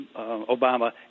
Obama